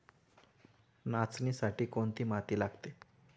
नाचणीसाठी कोणती माती लागते?